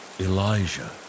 elijah